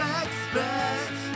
expect